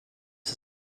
are